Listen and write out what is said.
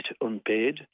unpaid